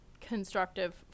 constructive